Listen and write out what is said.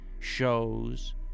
shows